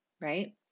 Right